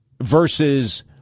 versus